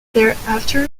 thereafter